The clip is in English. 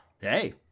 Hey